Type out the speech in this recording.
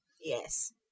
Yes